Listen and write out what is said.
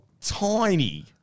tiny